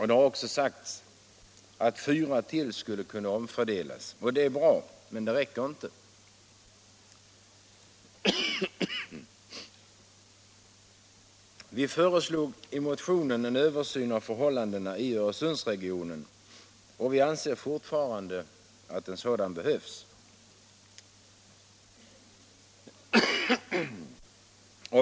Det har också sagts att fyra till skulle kunna omfördelas. Det är bra, men det räcker inte. Vi föreslog i motionen en översyn av förhållandena i Öresundsregionen, och vi anser fortfarande att en sådan behövs.